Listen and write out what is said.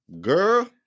Girl